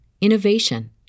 innovation